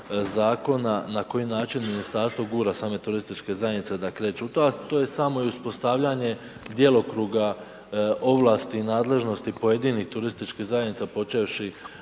na koji način Ministarstvo gura same turističke zajednice da kreću. To je samo i uspostavljanje djelokruga ovlasti i nadležnosti pojedinih turističkih zajednica počevši